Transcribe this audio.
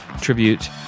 tribute